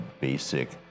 basic